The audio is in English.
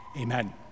Amen